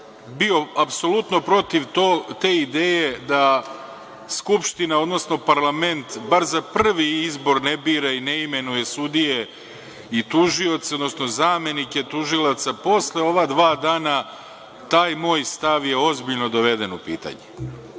bio apsolutno protiv te ideje da Skupština, odnosno parlament bar za prvi izbor ne bira i ne imenuje sudije i tužioce, odnosno zamenika tužilaca, posle ova dva dana taj moj stav je ozbiljno doveden u pitanje.